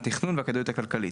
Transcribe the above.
התכנון והכדאיות הכלכלית.